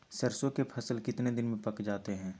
सरसों के फसल कितने दिन में पक जाते है?